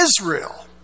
Israel